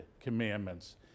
commandments